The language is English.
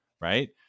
right